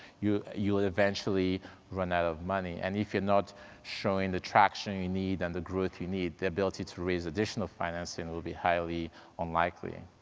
you'll eventually run out of money. and if you're not showing the traction you need and the growth you need, the ability to raise additional financing will be highly unlikely.